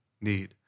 need